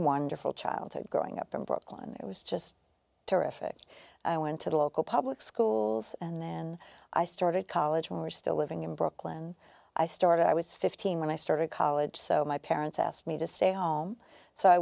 wonderful childhood growing up in brooklyn it was just terrific i went to the local public schools and then i started college we were still living in brooklyn i started i was fifteen when i started college so my parents asked me to stay home so i